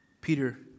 Peter